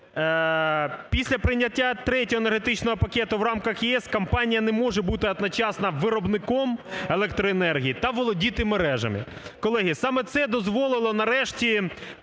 Після прийняття третього енергетичного пакету в рамках ЄС компанія не може бути одночасно виробником електроенергії та володіти мережами. Колеги, саме це дозволило нарешті